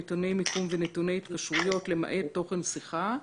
נתוני מיקום ונתוני התקשרויות למעט תוכן שיחה.